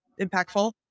impactful